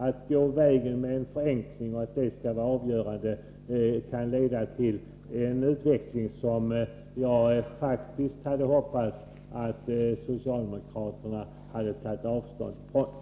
Att låta en förenkling vara avgörande kan leda till en utveckling som jag faktiskt hade hoppats att socialdemokraterna skulle ta avstånd ifrån.